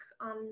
on